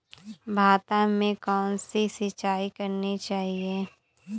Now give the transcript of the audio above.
भाता में कौन सी सिंचाई करनी चाहिये?